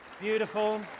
Beautiful